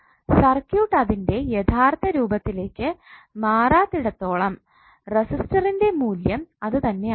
circuit അതിൻറെ യഥാർത്ഥ രൂപത്തിലേക്ക് മാറാത്തിടത്തോളം റെസിസ്റ്ററിൻറെ മൂല്യം അത് തന്നെയായിരിക്കും